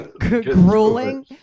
Grueling